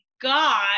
God